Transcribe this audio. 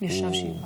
--- ישב שבעה.